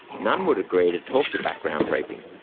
none would agree to talk to background briefing.